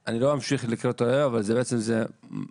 אני לא אמשיך לקרוא אבל זה בעצם מסביר